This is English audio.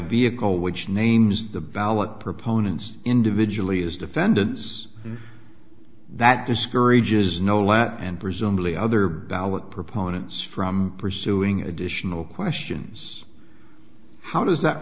vehicle which names the ballot proponents individually is defendants that discourages no less and presumably other ballot proponents from pursuing additional questions how does that